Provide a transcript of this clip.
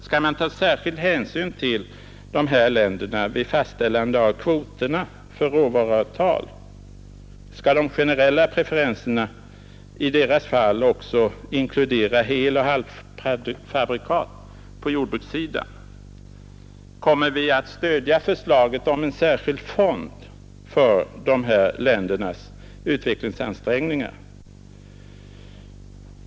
Skall man ta särskild hänsyn till dessa länder vid fastställande av kvoterna för råvaruavtal? Skall de generella preferenserna i deras fall också inkludera heloch halvfabrikat på jordbrukssidan? Kommer vi att stödja förslaget om en särskild fond för dessa länders utvecklingsansträngningar?